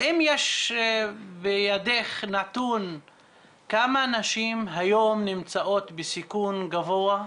האם יש בידך נתון כמה נשים היום נמצאות בסיכון גבוה?